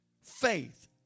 faith